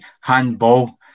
Handball